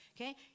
okay